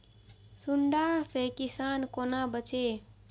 सुंडा से किसान कोना बचे?